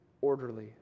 orderly